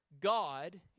God